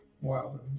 Wow